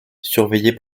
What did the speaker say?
surveillé